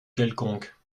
quelconque